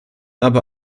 aber